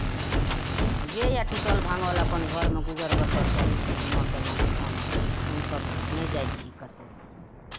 जे यए टूटल भाङ्गल अपन घरमे गुजर बसर करै छी जेना तेना अपन हमसभ नहि जाइ छी कतहु